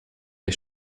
der